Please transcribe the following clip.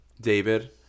David